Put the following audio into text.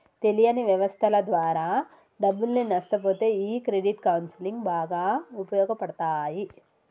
తెలియని వ్యవస్థల ద్వారా డబ్బుల్ని నష్టపొతే ఈ క్రెడిట్ కౌన్సిలింగ్ బాగా ఉపయోగపడతాయి